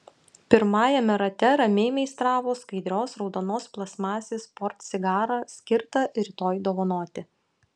pirmajame rate ramiai meistravo skaidrios raudonos plastmasės portsigarą skirtą rytoj dovanoti